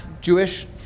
Jewish